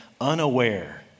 unaware